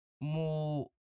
more